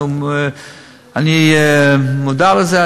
אני מודע לזה,